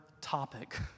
topic